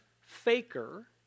faker